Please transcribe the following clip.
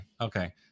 okay